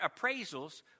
appraisals